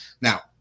Now